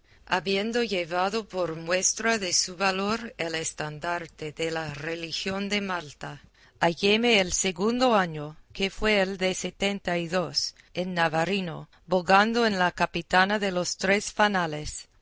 habiendo llevado por muestra de su valor el estandarte de la religión de malta halléme el segundo año que fue el de setenta y dos en navarino bogando en la capitana de los tres fanales